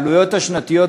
העלויות השנתיות,